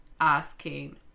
asking